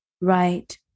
Right